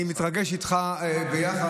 אני מתרגש איתך ביחד.